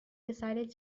decided